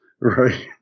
right